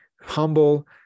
humble